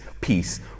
peace